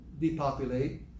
depopulate